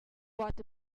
what